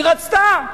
היא רצתה.